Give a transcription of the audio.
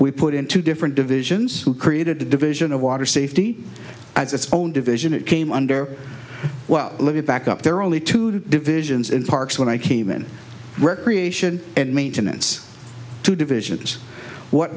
we put in two different divisions who created the division of water safety as its own division it came under well let me back up there are only two divisions in parks when i came in recreation and maintenance two divisions what